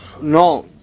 No